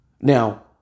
Now